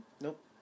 nope